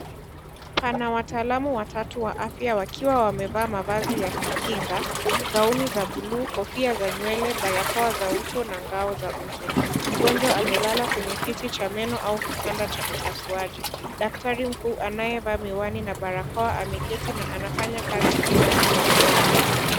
Pana wataalamu watatu wa afywa wakiwa wamevaa mavazi ya kukinga gaoni za buluu, kofia za nywele, barakoa za uso na ngao za uso. Mgonjwa amelala kwenye kiti cha meno au kitanda cha upasuaji daktari mkuu anayevaa miwani na barakoa ameketi na anafanya kazi kinywani mwa mgonjwa.